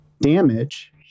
damage